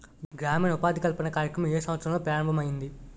గ్రామీణ ఉపాధి కల్పన కార్యక్రమం ఏ సంవత్సరంలో ప్రారంభం ఐయ్యింది?